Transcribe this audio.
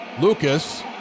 Lucas